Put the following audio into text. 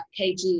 kg